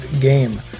game